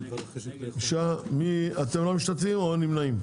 הצבעה בעד 3. נגד 5. ההסתייגויות לא עברו.